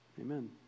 amen